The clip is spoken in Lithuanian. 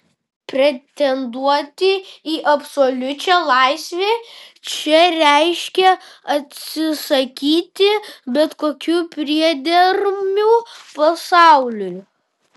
pretenduoti į absoliučią laisvę čia reiškė atsisakyti bet kokių priedermių pasauliui